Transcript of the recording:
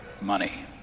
money